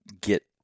get